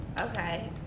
okay